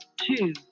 two